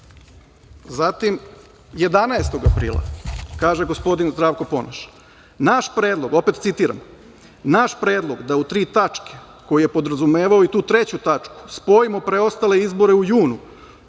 aprila. Zatim, 11. aprila kaže gospodin Zdravko Ponoš, opet citiram: „Naš predlog da u tri tačke, koji je podrazumevao i tu treću tačku, spojimo preostale izbore u junu“,